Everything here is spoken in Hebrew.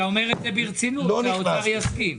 ואתה אומר את זה ברצינות, שהאוצר יסכים.